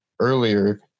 earlier